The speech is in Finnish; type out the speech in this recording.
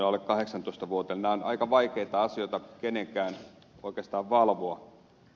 nämä ovat aika vaikeita asioita kenenkään oikeastaan valvoa